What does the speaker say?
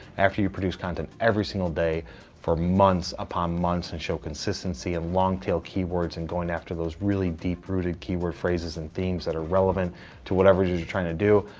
after you produce content every single day for months upon months and show consistency of long tail keywords, and going after those really deep rooted keyword phrases and themes that are relevant to whatever it is you're trying to do.